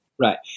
Right